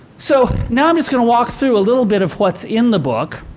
so now i'm just gonna walk through a little bit of what's in the book.